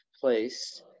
place